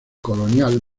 colonial